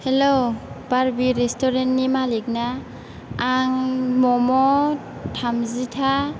hello बारबि restaurant नि मालिक ना आं मम' थामजि था